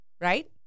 Right